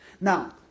Now